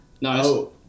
No